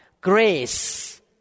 grace